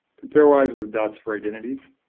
to pairwise with dots for identities,